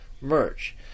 merch